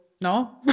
no